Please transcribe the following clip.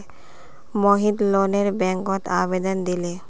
मोहित लोनेर बैंकत आवेदन दिले